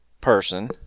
person